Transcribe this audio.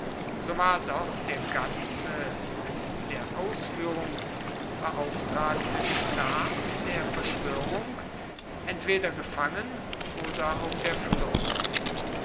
so war doch der ganze mit der ausführung beauftragte stab der verschwörung entweder gefangen oder auf der flucht